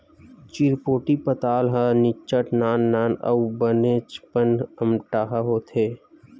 चिरपोटी पताल ह निच्चट नान नान अउ बनेचपन अम्मटहा होथे